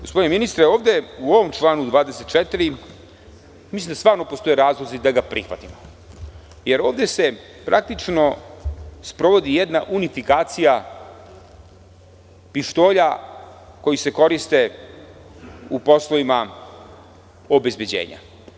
Gospodine ministre, u članu 24. mislim da postoje razlozi da ga prihvatite jer se ovde praktično sprovodi jedna unifikacija pištolja koji se koriste u poslovima obezbeđenja.